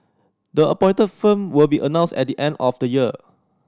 the appointed firm will be announced at the end of the year